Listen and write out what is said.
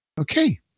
Okay